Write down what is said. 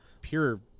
pure